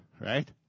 right